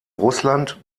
russland